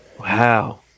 Wow